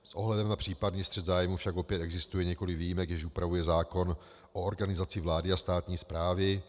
S ohledem na případný střet zájmů však opět existuje několik výjimek, jež upravuje zákon o organizaci vlády a státní správy.